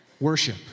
Worship